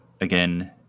again